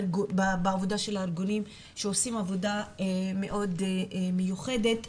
בעבודה של ארגונים שעושים עבודה מאוד מיוחדת,